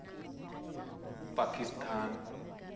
Pakistan